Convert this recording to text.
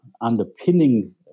underpinning